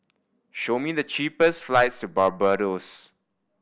show me the cheapest flights to Barbados